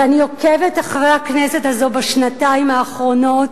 ואני עוקבת אחרי הכנסת הזו בשנתיים האחרונות,